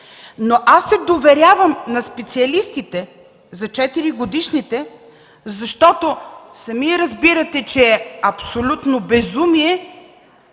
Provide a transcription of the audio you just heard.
Но аз се доверявам на специалистите за 4 годишните, защото сами разбирате, че е абсолютно безумие